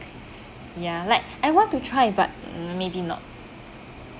ya like I want to try but maybe not